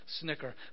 Snicker